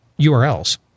URLs